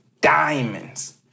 diamonds